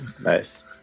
Nice